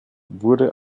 wurde